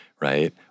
right